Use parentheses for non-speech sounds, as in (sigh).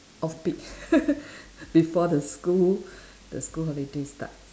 off peak (laughs) before the school the school holidays start